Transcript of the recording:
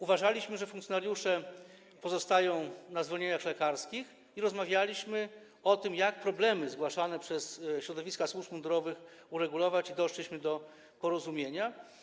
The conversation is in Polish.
Uważaliśmy, że funkcjonariusze pozostają na zwolnieniach lekarskich, rozmawialiśmy o tym, jak uregulować problemy zgłaszane przez środowiska służb mundurowych, i doszliśmy do porozumienia.